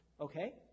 okay